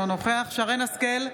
אינו נוכח שרן מרים השכל,